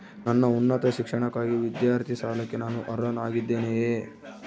ನನ್ನ ಉನ್ನತ ಶಿಕ್ಷಣಕ್ಕಾಗಿ ವಿದ್ಯಾರ್ಥಿ ಸಾಲಕ್ಕೆ ನಾನು ಅರ್ಹನಾಗಿದ್ದೇನೆಯೇ?